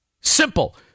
Simple